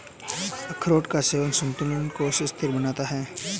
अखरोट का सेवन इंसुलिन को स्थिर रखता है